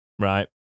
Right